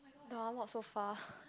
no not so far